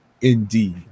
Indeed